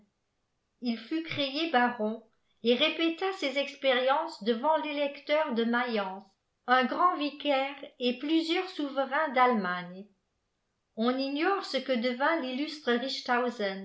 il fut créé barqn et répéta ses expérience devant télecleur de majance un granç vicaire at plusieurs souverains d'allemagne onigfxote ce que devint l'illustre